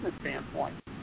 standpoint